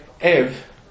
Ev